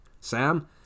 Sam